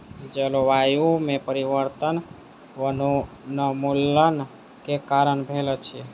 जलवायु में परिवर्तन वनोन्मूलन के कारण भेल अछि